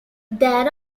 there